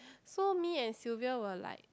so me and Sylvia were like